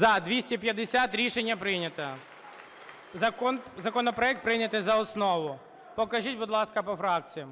За-250 Рішення прийнято. Законопроект прийнятий за основу. Покажіть, будь ласка, по фракціях.